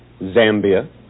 Zambia